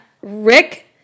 Rick